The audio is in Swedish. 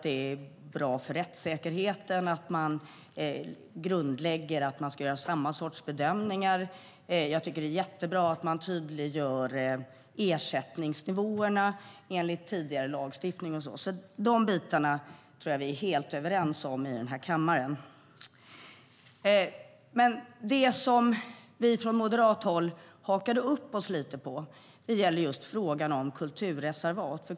Det är bra för rättssäkerheten att grundlägga att samma sorts bedömningar ska göras. Det är mycket bra att ersättningsnivåerna blir tydligare. De bitarna är vi helt överens om i kammaren. Det som vi från moderat håll hakade upp oss lite på gäller frågan om kulturreservat.